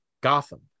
Gotham